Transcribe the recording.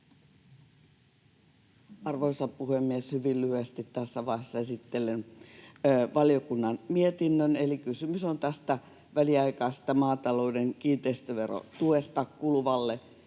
Arvoisa puhemies! Hyvin lyhyesti tässä vaiheessa esittelen valiokunnan mietinnön: Kysymys on väliaikaisesta maatalouden kiinteistöverotuesta kuluvalle